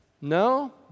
No